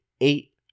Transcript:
eight